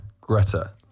Greta